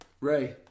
Ray